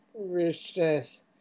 richness